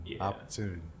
Opportunity